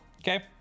Okay